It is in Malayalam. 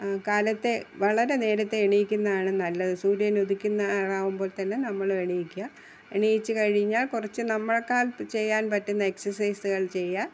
കാലത്തെ വളരെ നേരത്തെ എണീക്കുന്നതാണ് നല്ലത് സൂര്യൻ ഉദിക്കാറാകുമ്പോൾ തന്നെ നമ്മൾ എണീക്കുക എണീറ്റു കഴിഞ്ഞാൽ കുറച്ചു നമ്മളേക്കാൾ ചെയ്യാൻ പറ്റുന്ന എക്സൈസുകൾ ചെയ്യുക